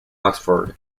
oxford